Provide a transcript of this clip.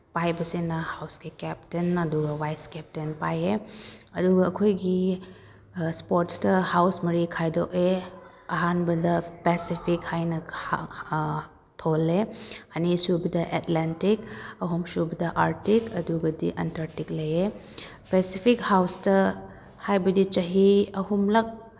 ꯄꯥꯏꯕꯁꯤꯅ ꯍꯥꯎꯁꯀꯤ ꯀꯦꯞꯇꯦꯟ ꯑꯗꯨꯒ vice captain ꯄꯥꯏꯌꯦ ꯑꯗꯨꯒ ꯑꯩꯈꯣꯏꯒꯤ ꯏꯁꯄꯣꯔꯠꯁꯇ ꯍꯥꯎꯁ ꯃꯔꯤ ꯈꯥꯏꯗꯣꯛꯑꯦ ꯑꯍꯥꯟꯕꯗ ꯄꯦꯁꯤꯐꯤꯛ ꯍꯥꯏꯅ ꯊꯣꯜꯂꯦ ꯑꯅꯤꯁꯨꯕꯗ ꯑꯦꯠꯂꯥꯟꯇꯤꯛ ꯑꯍꯨꯝꯁꯨꯕꯗ ꯑꯥꯔꯇꯤꯛ ꯑꯗꯨꯒꯗꯤ ꯑꯟꯇꯥꯔꯇꯤꯛ ꯂꯩꯌꯦ ꯄꯦꯁꯤꯐꯤꯛ ꯍꯥꯎꯁꯇ ꯍꯥꯏꯕꯗꯤ ꯆꯍꯤ ꯑꯍꯨꯝꯂꯛ